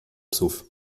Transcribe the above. psów